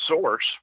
source